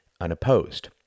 unopposed